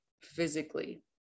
physically